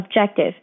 objective